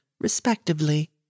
respectively